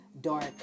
dark